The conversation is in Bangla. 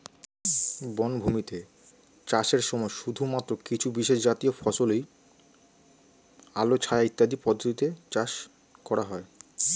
বনভূমিতে চাষের সময় শুধুমাত্র কিছু বিশেষজাতীয় ফসলই আলো ছায়া ইত্যাদি পদ্ধতিতে চাষ করা হয়